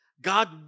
God